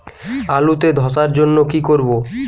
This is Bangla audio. আলুতে ধসার জন্য কি করব?